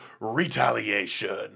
Retaliation